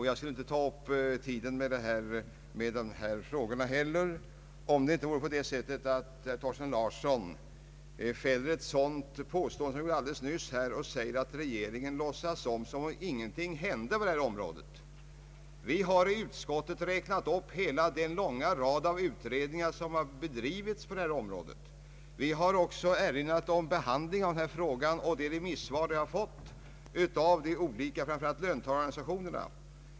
Jag skulle inte heller ha tagit upp tiden med något anförande i detta ärende, om inte herr Thorsten Larsson nyss gjort det påståendet att regeringen låtsas som om ingenting hänt på det område det här gäller. Vi har inom utskottet räknat upp hela den långa rad utredningar som bedrivits på detta område. Vi har erinrat om behandlingen av denna fråga och de remissvar som avgivits framför allt av löntagarorganisationerna.